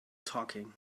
talking